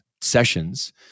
sessions